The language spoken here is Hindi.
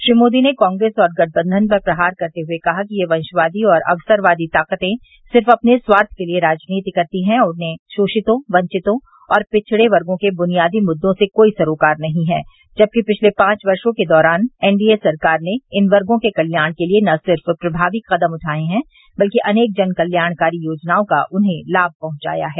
श्री मोदी ने कांग्रेस और गठबंधन पर प्रहार करते हुए कहा कि यह वंशवादी और अवसरवादी ताकतें सिर्फ अपने स्वार्थ के लिये राजनीति करती है उन्हें शोषितों वंचितों और पिछड़े वर्गो के बुनियादी मुददों से कोई सरोकार नहीं है जबकि पिछले पांच वर्षो के दौरान एनडीए सरकार ने इन वर्गो के कल्याण के लिये न सिर्फ प्रभावी कदम उठाये हैं बल्कि अनेक जन कल्याणकारी योजनाओं का उन्हें लाभ पहुंचाया है